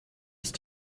ist